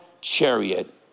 chariot